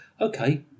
okay